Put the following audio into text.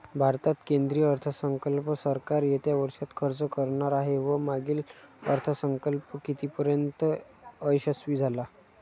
भारतात केंद्रीय अर्थसंकल्प सरकार येत्या वर्षात खर्च करणार आहे व मागील अर्थसंकल्प कितीपर्तयंत यशस्वी झाला